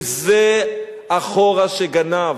וזו הבעיה,